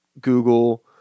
google